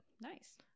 Nice